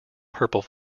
purple